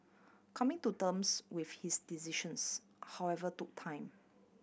coming to terms with his decisions however took time